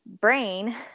brain